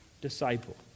disciple